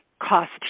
cost